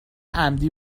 عمدی